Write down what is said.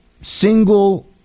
single